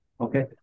Okay